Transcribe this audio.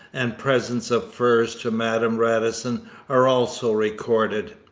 and presents of furs to madame radisson are also recorded.